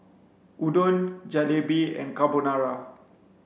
Udon Jalebi and Carbonara